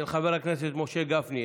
של חבר הכנסת משה גפני,